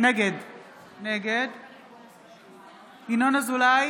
נגד ינון אזולאי,